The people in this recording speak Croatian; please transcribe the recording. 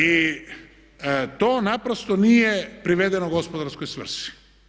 I to naprosto nije privedeno gospodarskoj svrsi.